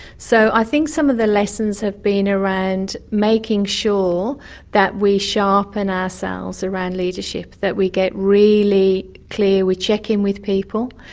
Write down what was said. so i think some of the lessons have been around making sure that we sharpen ourselves around leadership, that we get really clear, we check in with people,